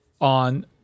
on